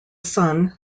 son